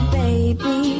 baby